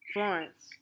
Florence